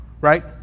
right